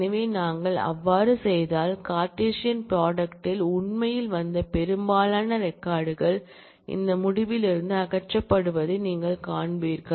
எனவே நாங்கள் அவ்வாறு செய்தால் கார்ட்டீசியன் ப்ராடக்ட்ல் உண்மையில் வந்த பெரும்பாலான ரெக்கார்ட் கள் இந்த முடிவிலிருந்து அகற்றப்படுவதை நீங்கள் காண்பீர்கள்